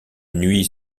nuit